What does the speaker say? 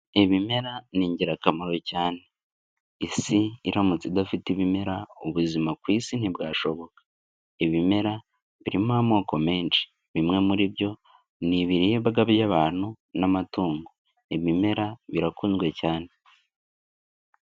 Ibimera ni ingirakamaro cyane. Isi iramutse idafite ibimera, ubuzima ku isi ntibwashoboka. Ibimera birimo amoko menshi. Bimwe muri byo ni ibiribwa by'abantu n'amatungo. Ibimera birakunzwe cyane.